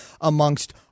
amongst